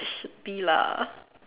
should be lah